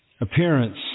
appearance